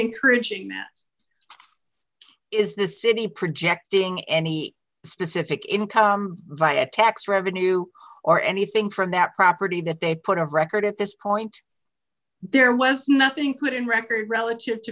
encouraging that is the city projecting any specific income via tax revenue or anything from that property that they put of record at this point there was nothing put in record relative